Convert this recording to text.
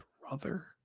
brother